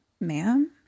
ma'am